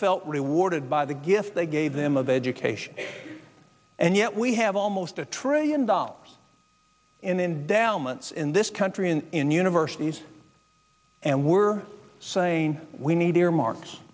felt rewarded by the gift they gave them of education and yet we have almost a trillion dollars in down months in this country and in universities and we're saying we need earmar